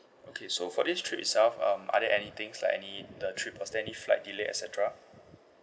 okay so for this trip itself um are there any things like any the trip was there any flight delayed et cetera